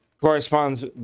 corresponds